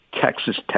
Texas